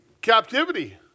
captivity